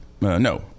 No